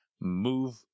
move